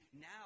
now